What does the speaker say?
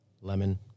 lemon